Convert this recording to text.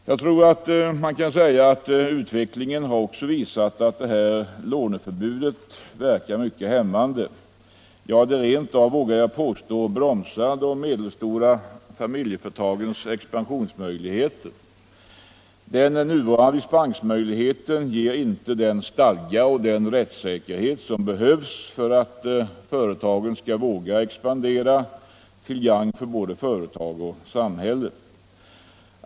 Jag tror man kan säga att utvecklingen visat att det här låneförbudet verkar mycket hämmande, ja, rent av bromsar de medelstora familjeföretagens expansionsmöjligheter. Den nuvarande dispensmöjligheten ger inte den stadga och den rättsäkerhet som behövs för att företagarna skall våga expandera till gagn för både företag och samhälle.